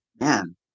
man